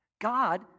God